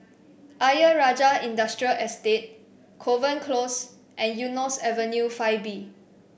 Ayer Rajah Industrial Estate Kovan Close and Eunos Avenue Five B